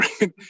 right